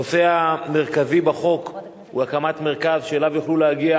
הנושא המרכזי בחוק הוא הקמת מרכז שאליו יוכלו להגיע